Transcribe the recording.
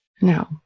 No